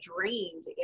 drained